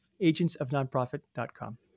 agentsofnonprofit.com